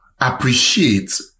appreciate